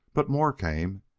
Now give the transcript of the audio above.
but more came,